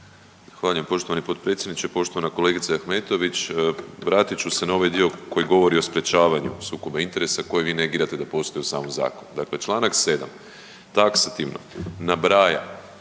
Zahvaljujem poštovani potpredsjedniče. Poštovana kolegice Ahmetović, vratit ću se na ovaj dio koji govori o sprječavanju sukoba interesa koji vi negirate da postoji u samom zakonu. Dakle, čl. 7. taksativno nabraja